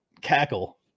cackle